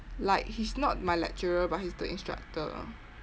like he's not my lecturer but he's the instructor